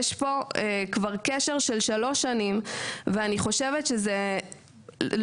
יש כאן קשר של שלוש שנים ואני חושבת שזה לא